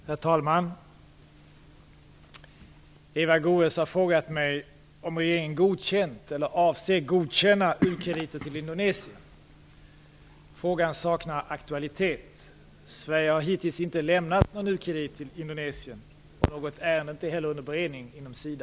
Herr talman! Eva Goës har frågat mig om regeringen godkänt eller avser att godkänna u-krediter till Frågan saknar aktualitet. Sverige har hittills inte lämnat någon u-kredit till Indonesien. Något ärende är inte heller under beredning inom Sida.